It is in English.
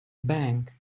bank